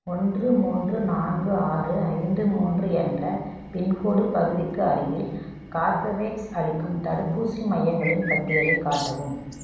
ஒன்று மூன்று நான்கு ஆறு ஐந்து மூன்று என்ற பின்கோடு பகுதிக்கு அருகில் கார்பவேக்ஸ் அளிக்கும் தடுப்பூசி மையங்களின் பட்டியலைக் காட்டவும்